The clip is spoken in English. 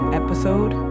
episode